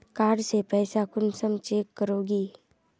Card से पैसा कुंसम चेक करोगी?